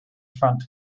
front